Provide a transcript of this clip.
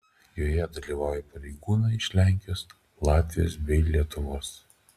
joje dalyvauja pareigūnai iš lenkijos latvijos bei lietuvos